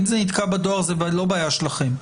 כך שאם זה נתקע בדואר זה לא בעיה שלכם.